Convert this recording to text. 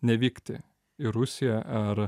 nevykti į rusiją ar